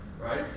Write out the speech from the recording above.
right